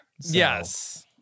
Yes